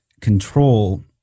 control